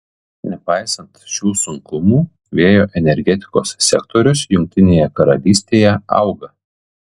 nepaisant šių sunkumų vėjo energetikos sektorius jungtinėje karalystėje auga